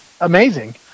amazing